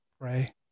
pray